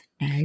No